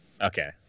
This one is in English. Okay